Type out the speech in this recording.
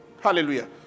Hallelujah